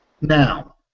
Now